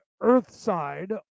Earthside